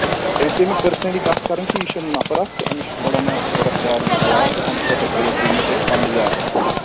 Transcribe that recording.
تٔمِس چھُ مےٚ پٔرسٕنٔلی کَتھ کَرٕنۍ کہِ یہِ چھُ نَفَر اَکھ تہٕ أمِس چھُ تھوڑا مےٚ ضروٗرت چارجِز علاوٕ تہٕ اَمہِ خٲطرٕ کٔرِو تُہۍ مےٚ تیٚلہِ فَنٛڈ زیادٕ